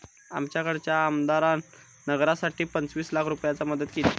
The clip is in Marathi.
आमच्याकडच्या आमदारान नगरासाठी पंचवीस लाख रूपयाची मदत केली